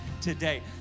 today